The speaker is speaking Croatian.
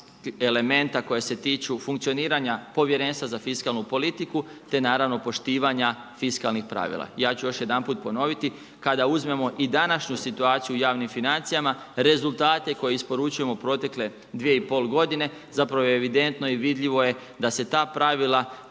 elementa koja se tiču funkcioniranja Povjerenstva za fiskalnu politiku, te naravno poštivanja fiskalnih pravila. Ja ću još jedanput ponoviti, kada uzmemo i današnju situaciju u javnim financijama, rezultate koje isporučujemo protekle 2,5 godine, zapravo je evidentno i vidljivo je da e ta pravila